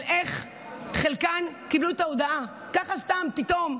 על איך חלקן קיבלו את ההודעה, ככה סתם פתאום.